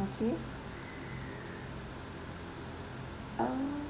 okay oh